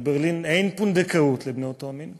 בברלין אין פונדקאות לבני אותו מין,